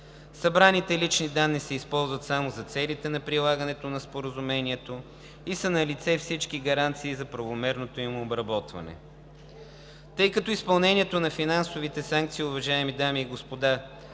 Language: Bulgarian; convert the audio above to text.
Събраните лични данни се използват само за целите на прилагането на Споразумението и са налице всички гаранции за правомерното им обработване. Тъй като изпълнението на финансовите санкции, уважаеми дами и господа